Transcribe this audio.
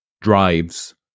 drives